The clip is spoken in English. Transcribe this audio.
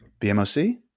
BMOC